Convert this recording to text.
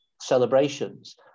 celebrations